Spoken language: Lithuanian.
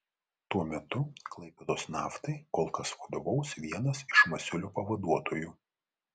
tuo metu klaipėdos naftai kol kas vadovaus vienas iš masiulio pavaduotojų